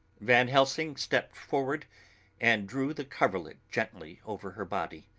van helsing stepped forward and drew the coverlet gently over her body,